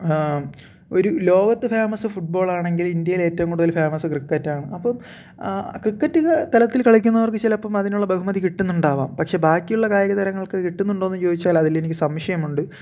ഒരു ലോകത്ത് ഫേമസ് ഫുട്ബോളാണെങ്കിലും ഇന്ത്യയിൽ ഏറ്റവും കൂടുതൽ ഫേമസ് ക്രിക്കറ്റാണ് അപ്പോൾ ക്രിക്കറ്റ് തലത്തിൽ കളിക്കുന്നവർക്ക് ചിലപ്പം അതിനുള്ള ബഹുമതി കിട്ടുന്നുണ്ടാവാം പക്ഷേ ബാക്കിയുള്ള കായിക താരങ്ങൾക്ക് കിട്ടുന്നുണ്ടോയെന്ന് ചോദിച്ചാൽ അതിൽ എനിക്ക് സംശയമുണ്ട്